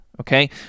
Okay